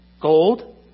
gold